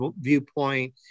viewpoint